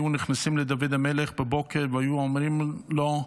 היו נכנסים לדוד המלך והיו אומרים לו: